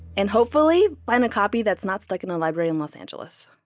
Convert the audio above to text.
and hopefully find a copy that's not stuck in a library in los angeles